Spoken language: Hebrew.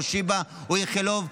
שיבא או איכילוב,